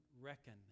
Reckon